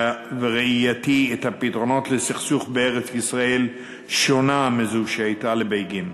וראייתי את הפתרונות לסכסוך בארץ-ישראל שונה מזו שהייתה לבגין.